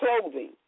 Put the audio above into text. clothing